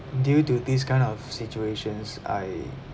due to these kind of situations I